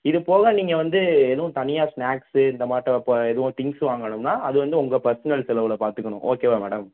இது போக நீங்கள் வந்து எதுவும் தனியாக ஸ்நாக்ஸு இந்த மாட்டம் இப்போ எதுவும் திங்க்ஸ் வாங்கணும்னா அது வந்து உங்கள் பர்சனல் செலவில் பார்த்துக்கணும் ஓகேவா மேடம்